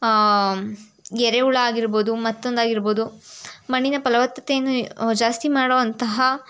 ಎರೆಹುಳ ಆಗಿರ್ಬೋದು ಮತ್ತೊಂದು ಆಗಿರ್ಬೋದು ಮಣ್ಣಿನ ಫಲವತ್ತತೆಯನ್ನು ಜಾಸ್ತಿ ಮಾಡುವಂತಹ